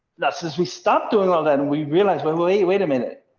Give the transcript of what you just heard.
that says, we stopped doing all that and we realize why wait, wait a minute,